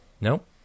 Nope